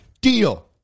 deal